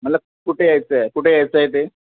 मला कुठे यायचं आहे कुठे यायचं आहे ते